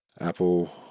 Apple